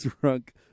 drunk